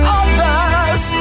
others